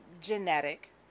genetic